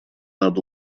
над